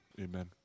amen